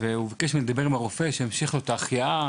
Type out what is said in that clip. והוא ביקש ממני לדבר עם הרופא שימשיך לו את ההחייאה.